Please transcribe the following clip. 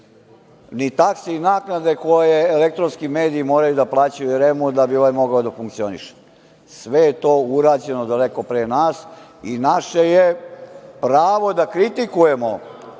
ni takse, ni naknade koje elektronski mediji moraju da plaćaju REM da bi ovaj mogao da funkcioniše. Sve je to urađeno daleko pre nas i naše je pravo da kritikujemo